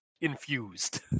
infused